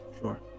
sure